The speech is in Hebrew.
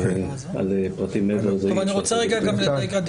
על פרטים מעבר לזה אי אפשר --- אני רוצה רק לומר,